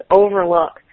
overlook